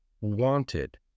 wanted